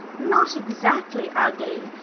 not exactly ugly,